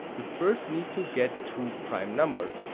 you first need to get two prime numbers.